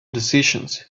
decisions